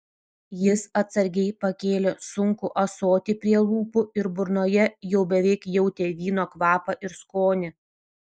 jis atsargiai pakėlė sunkų ąsotį prie lūpų ir burnoje jau beveik jautė vyno kvapą ir skonį